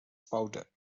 powder